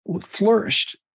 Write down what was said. flourished